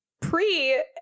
pre